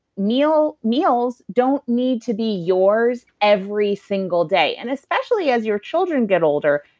meals meals don't need to be yours every single day. and especially as your children get older,